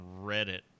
reddit